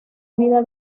vida